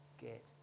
get